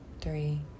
three